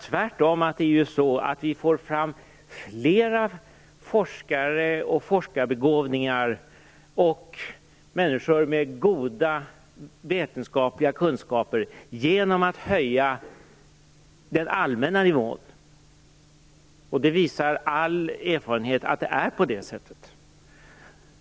Tvärtom får vi fram fler forskare, forskarbegåvningar och människor med goda vetenskapliga kunskaper genom att höja den allmänna nivån. All erfarenhet visar att det är på det sättet.